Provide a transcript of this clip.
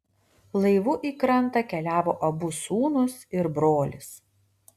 laivu į krantą keliavo abu sūnūs ir brolis